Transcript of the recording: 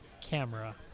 camera